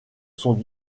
sont